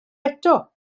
eto